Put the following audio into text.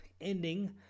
ending